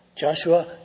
Joshua